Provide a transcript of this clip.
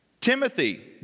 Timothy